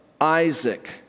Isaac